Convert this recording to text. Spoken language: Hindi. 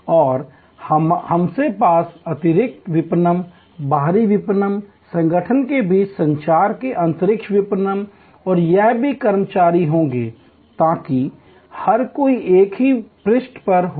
और हमारे पास आंतरिक विपणन बाहरी विपणन संगठन के बीच संचार के आंतरिक विपणन और यह सभी कर्मचारी होंगे ताकि हर कोई एक ही पृष्ठ पर हो